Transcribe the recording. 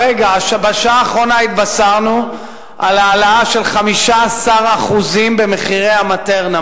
בשעה האחרונה התבשרנו על העלאה של 15% במחירי ה"מטרנה",